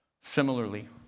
Similarly